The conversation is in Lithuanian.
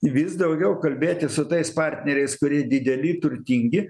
vis daugiau kalbėti su tais partneriais kurie dideli turtingi